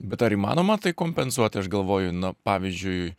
bet ar įmanoma tai kompensuot aš galvoju na pavyzdžiui